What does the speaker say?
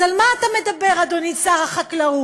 אז על מה אתה מדבר, אדוני שר החקלאות?